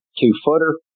two-footer